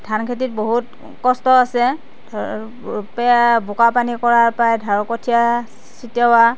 ধান খেতিত বহুত কষ্ট আছে ধৰক বোকা পানী কৰা পৰাই ধৰক কঠিয়া ছিটিওৱা